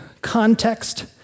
context